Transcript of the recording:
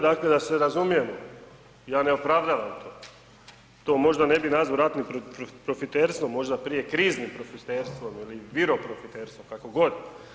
Dakle, da se razumijemo, ja ne opravdavam to, to možda ne bi nazvao ratnim profiterstvo, možda prije kriznim profiterstvom ili viro profiterstvom kako god.